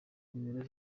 nimero